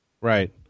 Right